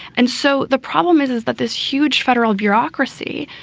and so the problem is, is that this huge federal bureaucracy,